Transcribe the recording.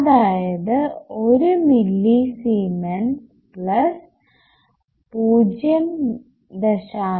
അതായത് 1 millisiemens plus 0